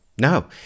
No